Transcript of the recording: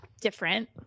different